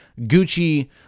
Gucci